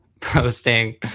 posting